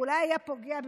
אולי היה פוגע במישהו,